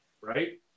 right